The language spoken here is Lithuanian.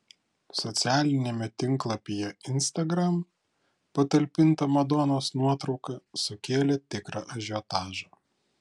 socialiniame tinklapyje instagram patalpinta madonos nuotrauka sukėlė tikrą ažiotažą